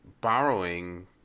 borrowing